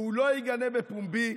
והוא לא יגנה בפומבי,